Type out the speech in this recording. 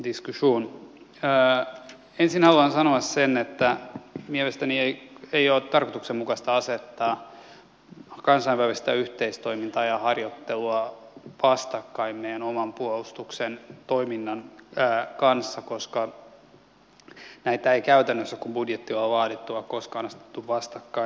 ensin haluan sanoa sen että mielestäni ei ole tarkoituksenmukaista asettaa kansainvälistä yhteistoimintaa ja harjoittelua vastakkain meidän oman puolustuksemme toiminnan kanssa koska näitä ei käytännössä kun budjettia on laadittu ole koskaan asetettu vastakkain